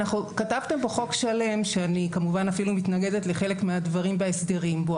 כתבתם כאן חוק שלם שאני כמובן אפילו מתנגדת לחלק מהדברים וההסדרים בו,